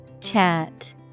Chat